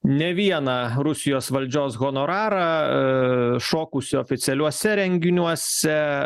ne vieną rusijos valdžios honorarą šokusi oficialiuose renginiuose